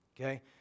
okay